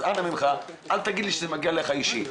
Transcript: אז אנא ממך אל תגיד שזה לא מגיע אליך אישית.